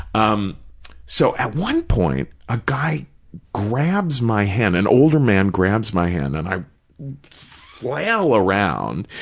um so, at one point, a guy grabs my hand, an older man grabs my hand and i flail around,